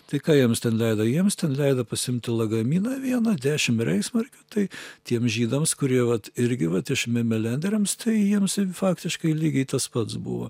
tai ką jiems ten leido jiems ten leido pasiimti lagaminą vieną dešim reichsmarkių tai tiem žydams kurie vat irgi vat iš memelederiams tai jiems faktiškai lygiai tas pats buvo